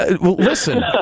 Listen